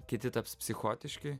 kiti taps psichotiški